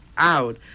out